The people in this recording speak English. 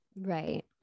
Right